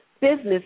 business